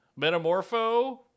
Metamorpho